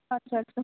আচ্ছা আচ্ছা